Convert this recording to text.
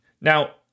Now